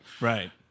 Right